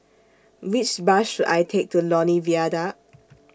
Which Bus should I Take to Lornie Viaduct